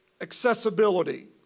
accessibility